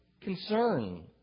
concern